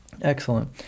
Excellent